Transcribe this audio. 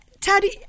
Taddy